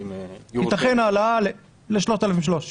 תיתכן העלאה ל-5,300.